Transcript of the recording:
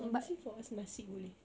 honestly for us nasi boleh